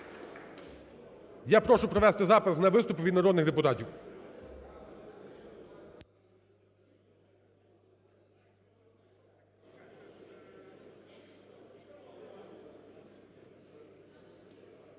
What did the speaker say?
Я прошу провести запис на виступи від народних депутатів.